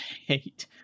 hate